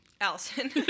Allison